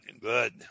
good